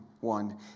one